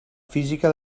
física